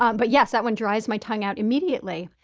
um but yes, that one dries my tongue out immediately.